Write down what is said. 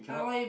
cannot